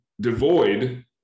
devoid